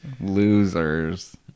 Losers